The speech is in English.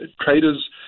traders